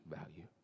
value